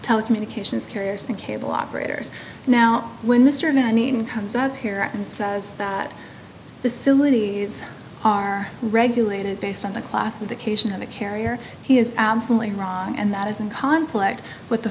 telecommunications carriers and cable operators now when mr mann even comes out here and says that facilities are regulated based on the classification of a carrier he is absolutely wrong and that is in conflict with the